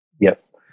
Yes